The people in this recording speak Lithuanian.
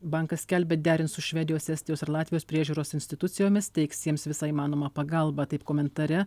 bankas skelbia derins su švedijos estijos ir latvijos priežiūros institucijomis teiks jiems visą įmanomą pagalbą taip komentare